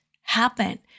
happen